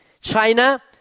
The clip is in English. China